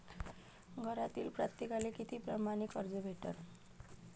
घरातील प्रत्येकाले किती परमाने कर्ज भेटन?